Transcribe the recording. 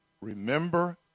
Remember